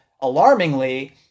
alarmingly